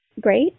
great